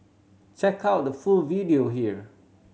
check out the full video here